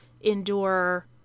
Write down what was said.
endure